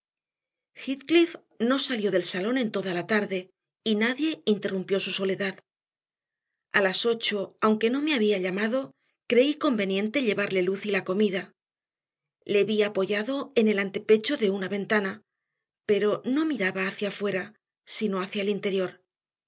no salió del salón en toda la tarde y nadie interrumpió su soledad a las ocho aunque no me había llamado creí conveniente llevarle luz y la comida le vi apoyado en el antepecho de una ventana pero no miraba hacia fuera sino hacia el interior